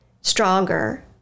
stronger